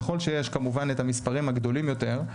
ככל שיש כמובן את המספרים הגדולים יותר,